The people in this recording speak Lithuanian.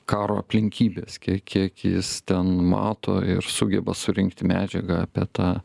karo aplinkybes kiek kiek jis ten mato ir sugeba surinkti medžiagą apie tą